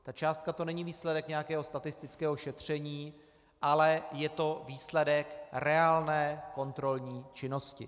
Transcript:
Ta částka, to není výsledek nějakého statistického šetření, ale je to výsledek reálné kontrolní činnosti.